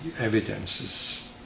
evidences